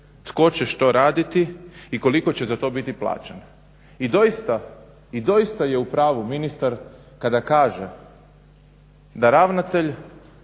tko će što raditi i koliko će za to biti plaćen. I doista je u pravu ministar kada kaže da ravnatelj